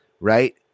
right